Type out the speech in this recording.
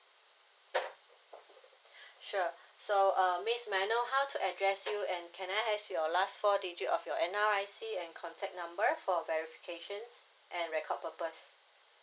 sure so uh miss may I know how to address you and can I has your digits of your N_R_I_C and contact number for verification and record purpose